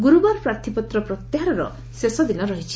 ଗୁରୁବାର ପ୍ରାର୍ଥୀପତ୍ର ପ୍ରତ୍ୟାହାରର ଶେଷ ଦିନ ରହିଛି